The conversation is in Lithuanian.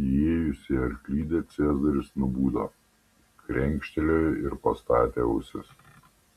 įėjus į arklidę cezaris nubudo krenkštelėjo ir pastatė ausis